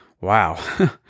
Wow